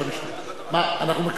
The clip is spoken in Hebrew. אנחנו מקווים שתפסו אותם.